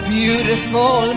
beautiful